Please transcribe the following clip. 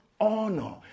Honor